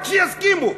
רק שיסכימו.